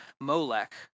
Molech